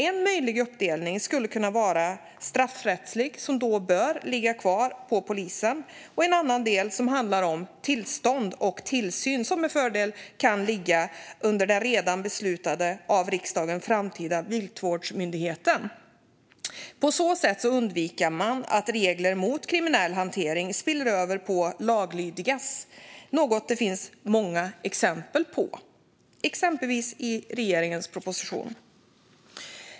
En möjlig uppdelning skulle kunna vara det straffrättsliga, som då bör ligga kvar på polisen, och en annan del som handlar om tillstånd och tillsyn, som med fördel kan ligga under den redan av riksdagen beslutade framtida viltvårdsmyndigheten. På så sätt undviker man att regler mot kriminell hantering spiller över på laglydigas - något det finns många exempel på, exempelvis i regeringens proposition.